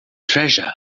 treasure